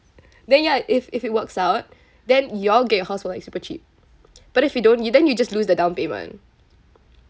then ya if if it works out then you all get your house for like super cheap but if you don't you then you just lose the down payment